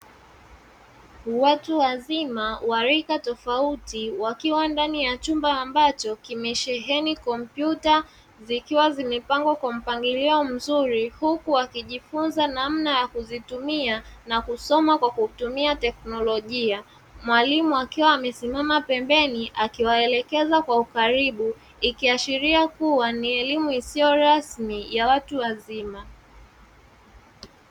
Watu wazima wa rika tofauti wakiwa ndani ya chumba ambacho kimesheheni kompyuta zikiwa zimepangwa kwa mpangilio mzuri huku wakijifunza namna ya kuzitumia na kusoma kwa kutumia, teknolojia, mwalimu akiwa amesimama pembeni akiwaelekeza kwa ukaribu, ikiashiria kuwa ni elimu isiyo rasmi ya watu wazima.